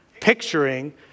picturing